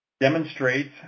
demonstrates